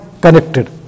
connected